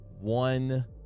one